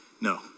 No